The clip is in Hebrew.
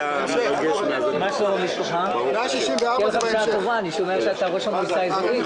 אם אנחנו רוצים להציל את הרשויות המקומות אנחנו צריכים